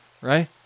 right